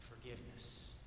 forgiveness